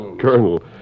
Colonel